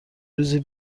روزی